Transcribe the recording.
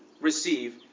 receive